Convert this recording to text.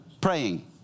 praying